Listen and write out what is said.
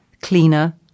cleaner